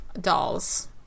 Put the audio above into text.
dolls